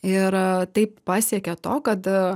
ir taip pasiekė to kad